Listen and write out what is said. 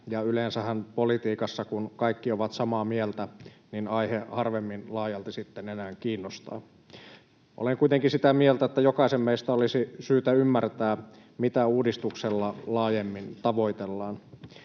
ja yleensähän politiikassa on niin, että kun kaikki ovat samaa mieltä, niin aihe harvemmin laajalti sitten enää kiinnostaa. Olen kuitenkin sitä mieltä, että jokaisen meistä olisi syytä ymmärtää, mitä uudistuksella laajemmin tavoitellaan.